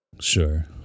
Sure